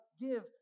give